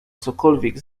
cośkolwiek